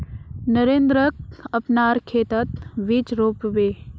नरेंद्रक अपनार खेतत बीज रोप बे